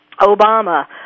Obama